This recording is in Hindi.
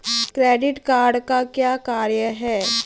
क्रेडिट कार्ड का क्या कार्य है?